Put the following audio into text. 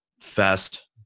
fast